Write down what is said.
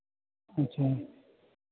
अच्छा